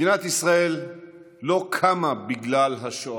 מדינת ישראל לא קמה בגלל השואה,